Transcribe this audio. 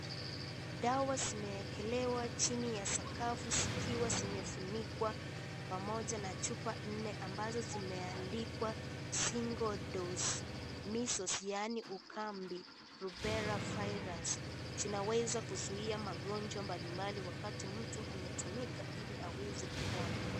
Dawa zimeekelewa chini ya sakafu zikiwa zimefunikwa pamoja na chupa nne ambazo zimeandikwa single-dose measles yaani ukambi rubella virus , zinaweza kuzuia magonjwa mbalimbali wakati mtu ametumika iliaweze kupona.